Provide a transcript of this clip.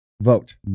vote